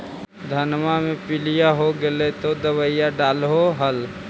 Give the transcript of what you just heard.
धनमा मे पीलिया हो गेल तो दबैया डालो हल?